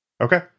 Okay